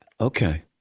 Okay